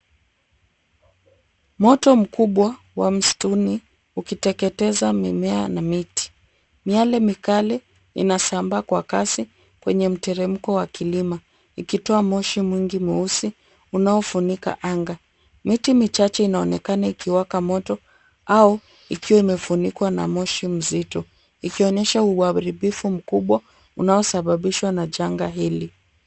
Moto mkubwa wa msituni ukiteketeza mimea na miti. Miale mikale inasambaa kwa kasi kwenye mteremko wa kilima ikitoa moshi mwingi mweusi unaofunika anga. Miti michache inaonekana ikiwaka moto au ikiwa imefunikwa na moshi mzito ikionyesha uharibifu mkubwa unaosababishwa na janga hili.